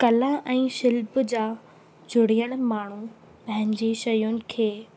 कला ऐं शिल्प जा जुड़ियलु माण्हू पंहिंजी शयुनि खे